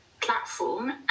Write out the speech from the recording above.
platform